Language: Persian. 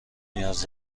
نیاز